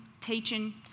teaching